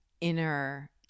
inner